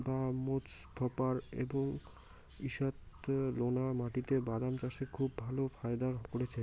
বাঃ মোজফ্ফর এবার ঈষৎলোনা মাটিতে বাদাম চাষে খুব ভালো ফায়দা করেছে